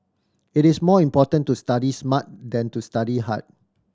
it is more important to study smart than to study hard